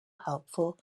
helpful